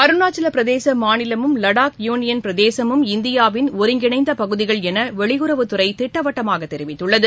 அருணாச்சல பிரதேச மாநிலமும் லடாக் யூனியன் பிரதேசமும் இந்தியாவின் ஒருங்கிணைந்த பகுதிகள் என வெளியுறவுத் துறை திட்டவட்டமாக தெரிவித்துள்ளது